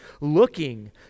looking